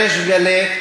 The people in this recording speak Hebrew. בריש גלי,